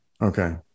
Okay